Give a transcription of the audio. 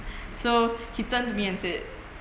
so he turned to me and said